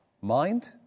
Mind